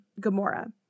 Gamora